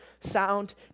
sound